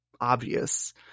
obvious